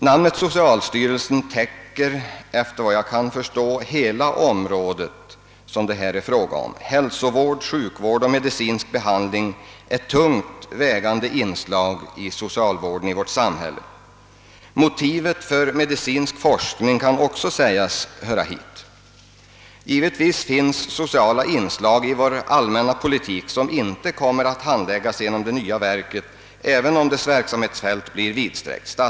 Namnet »socialstyrelsen» täcker — vad jag kan förstå — hela det område det här är fråga om. Hälsooch sjukvård och medicinsk behandling är tungt vägande inslag i socialvården inom vårt samhälle. Motivet för medicinsk forskning kan också sägas höra hit. Givetvis finns sociala inslag i vår allmänna politik som inte kommer att handläggas av det nya verket även om dettas verksamhetsfält blir vidsträckt.